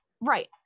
Right